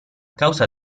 causa